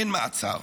אין מעצר.